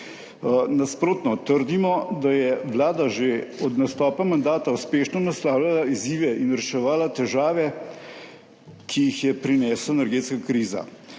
Nasprotno, trdimo, da je Vlada že od nastopa mandata uspešno naslavljala izzive in reševala težave, ki jih je prinesla energetska kriza.